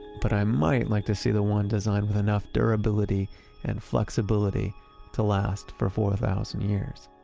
but i might like to see the one designed with enough durability and flexibility to last for four thousand years